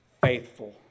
faithful